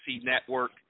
Network